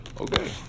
Okay